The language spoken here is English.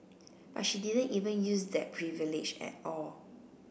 but she didn't even use that privilege at all